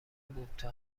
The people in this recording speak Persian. بوته